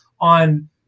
on